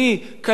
כלכלי,